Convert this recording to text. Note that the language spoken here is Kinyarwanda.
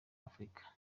afurika